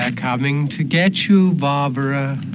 and coming to get you, barbara